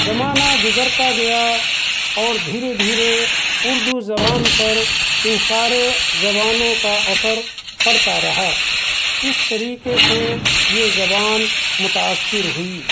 زمانہ گزرتا گیا اور دھیرے دھیرے اُردو زبان پر ان سارے زبانوں کا اثر پڑتا رہا اس طریقہ سے یہ زبان متأثر ہوئی